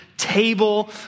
table